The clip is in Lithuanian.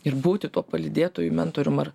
ir būti tuo palydėtojų mentorium ar